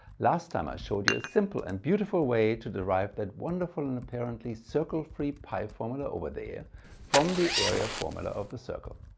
last time i showed you a simple and beautiful way to derive that wonderful and apparently circle-free pi formula over there from the area formula of the circle.